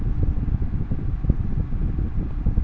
আমার টাকা শোধ হলে তা আমি কি করে বুঝতে পা?